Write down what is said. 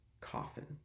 coffin